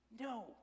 no